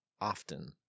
often